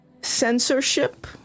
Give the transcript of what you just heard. censorship